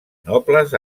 nobles